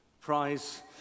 prize